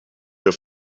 ihr